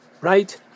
right